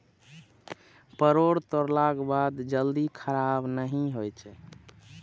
परोर तोड़लाक बाद जल्दी खराब नहि होइ छै